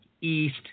east